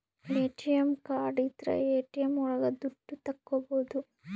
ATM card ಇದ್ರ ATM ಒಳಗ ದುಡ್ಡು ತಕ್ಕೋಬೋದು